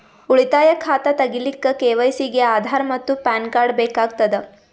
ಉಳಿತಾಯ ಖಾತಾ ತಗಿಲಿಕ್ಕ ಕೆ.ವೈ.ಸಿ ಗೆ ಆಧಾರ್ ಮತ್ತು ಪ್ಯಾನ್ ಕಾರ್ಡ್ ಬೇಕಾಗತದ